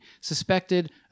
suspected